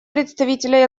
представителя